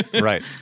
Right